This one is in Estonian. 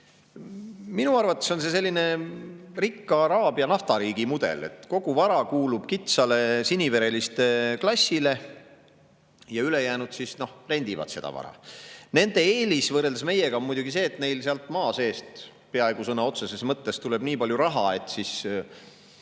Minu arvates on see selline rikka araabia naftariigi mudel, et kogu vara kuulub kitsale sinivereliste klassile ja ülejäänud siis, noh, rendivad seda vara. Nende eelis võrreldes meiega on muidugi see, et neil sealt maa seest peaaegu sõna otseses mõttes tuleb nii palju raha, et